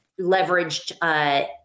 leveraged